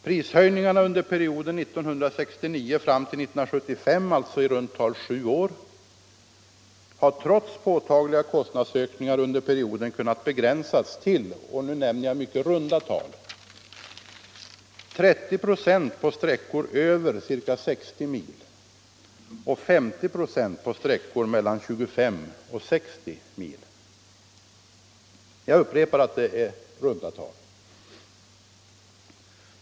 Prishöjningarna under perioden 1969-1975, alltså ungefär sju år, har trots påtagliga kostnadsökningar under perioden kunnat begränsas till — nu nämner jag mycket runda tal — 30 96 på sträckor över ca 60 mil och 50 96 på sträckor mellan 25 och 60 mil. Jag upprepar att det är runda tal.